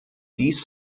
dies